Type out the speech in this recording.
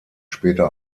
später